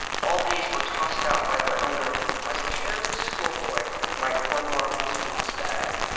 all these were tossed out by their owner as a careless schoolboy might pour marbles from his bag.